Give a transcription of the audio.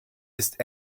ist